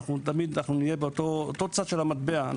אנחנו תמיד נהיה באותו צד של המטבע,